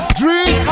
drink